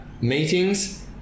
meetings